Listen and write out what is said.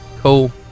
Cool